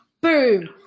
Boom